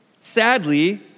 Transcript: Sadly